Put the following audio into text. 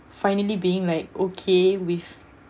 finally being like okay with